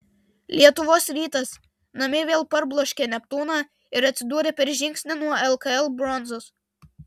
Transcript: lietuvos rytas namie vėl parbloškė neptūną ir atsidūrė per žingsnį nuo lkl bronzos